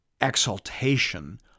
exaltation